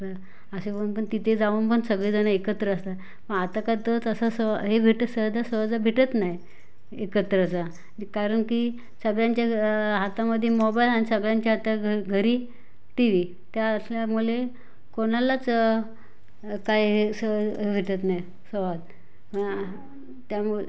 पण असे करून पण तिथे जाऊन पण सगळे जणं एकत्र असतात मग आता का तर तसं स हे भेट सहजासहजा भेटत नाही एकत्र असा कारण की सगळ्यांच्या ग हातामध्ये मोबाईल आणि सगळ्यांच्या आता घ घरी टी वी ते असल्यामुळे कोणालाच काय हे असं भेटत नाही संवाद त्यामु